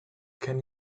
can